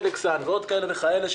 דלק-סן ועוד כהנה וכהנה,